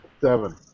Seven